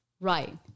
Right